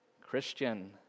Christian